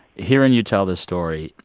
hearing you tell this story,